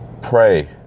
pray